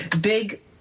big –